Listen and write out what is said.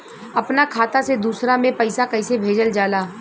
अपना खाता से दूसरा में पैसा कईसे भेजल जाला?